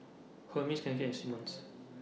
Hermes Cakenis and Simmons